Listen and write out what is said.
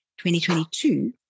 2022